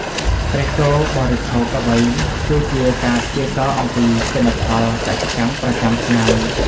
ព្រះគោបរិភោគអ្វី គឺជាការព្យាករណ៍អំពីទិន្នផលកសិកម្មប្រចាំឆ្នាំ។